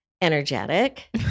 energetic